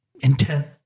intent